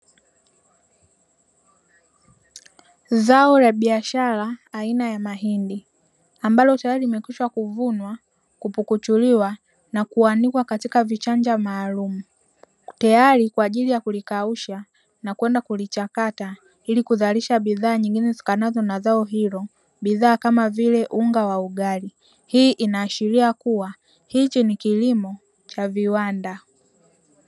Zao la biashara aina ya mahindi ambalo tayari limekwisha kuvunwa, kupukuchuliwa na kuanikwa katika vichanja maalumu teyari kwa ajili ya kulikausha na kwenda kulichakata ili kuzalisha bidhaa nyingine zitokanazo na zao hilo, bidhaa kama vile unga wa ugali. Hii inaashiria kuwa hiki ni kilimo cha viwanda.